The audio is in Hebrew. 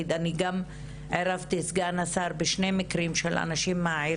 גם עירבתי את סגן השר בשני מקרים של אנשים מהעיר